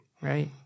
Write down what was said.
Right